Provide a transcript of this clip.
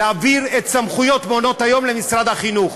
להעביר את סמכויות מעונות-היום למשרד החינוך?